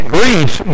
Greece